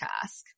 task